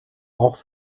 auch